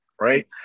right